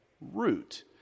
root